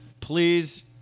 Please